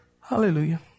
Hallelujah